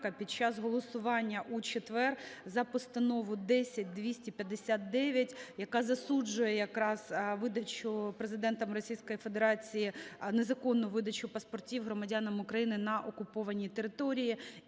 під час голосування у четвер за Постанову 10259, яка засуджує якраз видачу Президентом Російської Федерації, незаконну видачу паспортів громадянам України на окупованій території,